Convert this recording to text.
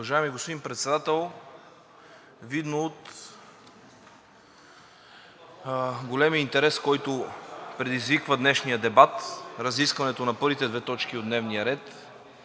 Уважаеми господин Председател! Видно от големия интерес, който предизвиква днешният дебат – разискването на първите две точки от дневния ред,